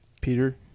Peter